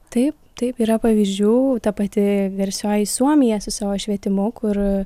taip taip yra pavyzdžių ta pati garsioji suomija su savo švietimu kur